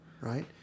right